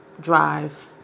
drive